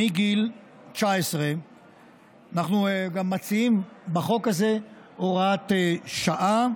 מגיל 19. אנחנו גם מציעים בחוק הזה הוראת שעה